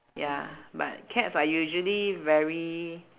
ya but cats are usually very